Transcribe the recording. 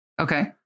Okay